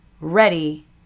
ready